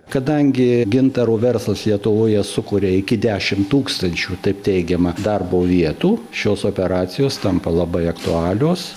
kadangi gintaro verslas lietuvoje sukuria iki dešim tūkstančių taip teigiama darbo vietų šios operacijos tampa labai aktualios